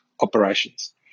operations